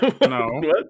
No